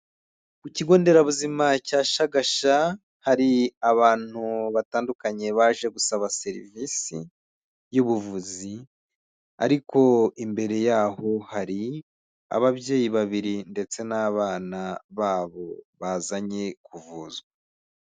Ku kigo nderabuzima cya Shagasha hari abantu batandukanye baje gusaba serivisi y'ubuvuzi ariko imbere yaho hari ababyeyi babiri ndetse n'abana babo bazanye kuvuzwa.